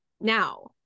now